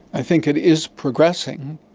i think it is progressing,